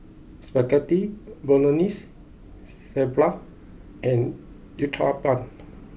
Spaghetti Bolognese Sambar and Uthapam